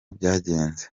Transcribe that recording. byagenze